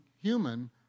human